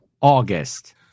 August